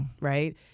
Right